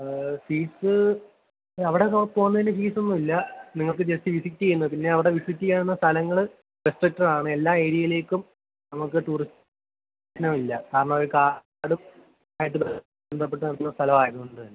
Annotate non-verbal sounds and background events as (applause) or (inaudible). fees അവിടെപ്പോകുന്നതിന് ഫീസൊന്നുമില്ല നിങ്ങൾക്ക് ജസ്റ്റ് വിസിറ്റ് ചെയ്യുന്നതിന് അവിടെ വിസിറ്റ് ചെയ്യാവുന്ന സ്ഥലങ്ങൾ റെസ്ട്രിക്ടഡ് ആണ് എല്ലാ ഏരിയയിലേക്കും നമുക്ക് ടൂറിസ്റ്റ് (unintelligible) പ്രവേശനം ഇല്ല കാരണം അത് കാടുമായിട്ട് ബന്ധപ്പെട്ടുനിൽക്കുന്ന സ്ഥലമായതുകൊണ്ടുതന്നെ